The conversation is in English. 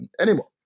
anymore